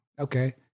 okay